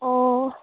অঁ